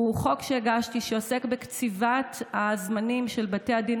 הוא חוק שהגשתי שעוסק בקציבת הזמנים של בתי הדין